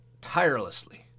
tirelessly